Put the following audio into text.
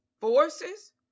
forces